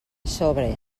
sobre